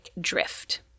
drift